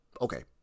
okay